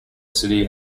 city